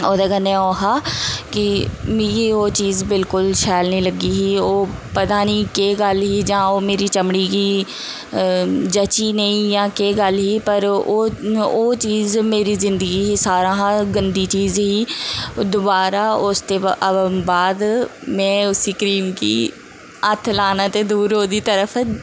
ओह्दे कन्नै ओह् हा कि मिगी ओह् चीज़ बिलकुल शैल नी लग्गी ओह् पता नी केह् गल्ल ही जां मेरी चमड़ी गी जची नेईं ऐ जां केह् गल्ल ही पर ओह् ओह् चीज़ मेरी जिंदगी सारे हा गंदी चीज़ ही दबारा उस दे बाद में उसी क्रीम गी हत्थ लाना ते दूर ते ओह्दी तरफ